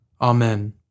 Amen